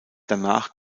danach